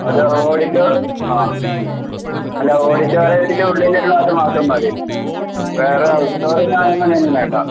അത് ഓഡിറ്റോറി ആ അത് ഓഡിറ്റോറിയത്തിൻ്റെ ഉള്ളിൽ ഉള്ള അത് മാത്രം മതി വേറെ ഉത്സവം പിന്നെ അങ്ങനെ ഒന്നും വേണ്ട